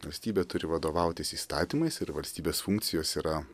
valstybė turi vadovautis įstatymais ir valstybės funkcijos yra